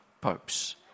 Popes